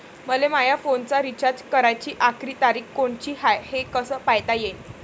मले माया फोनचा रिचार्ज कराची आखरी तारीख कोनची हाय, हे कस पायता येईन?